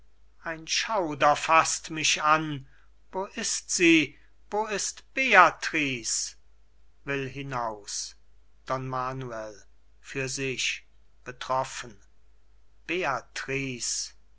ein schauder faßt mich an wo ist sie wo ist beatrice will hinaus don manuel für sich